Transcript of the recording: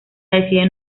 decide